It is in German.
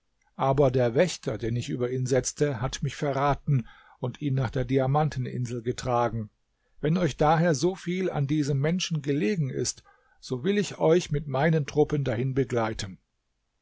aber der wächter den ich über ihn setzte hat mich verraten und ihn nach der diamanteninsel getragen wenn euch daher so viel an diesem menschen gelegen ist so will ich euch mit meinen truppen dahin begleiten